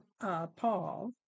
Paul